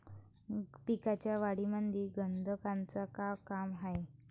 पिकाच्या वाढीमंदी गंधकाचं का काम हाये?